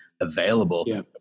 available